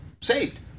saved